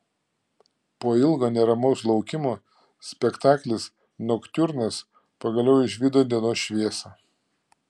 po ilgo neramaus laukimo spektaklis noktiurnas pagaliau išvydo dienos šviesą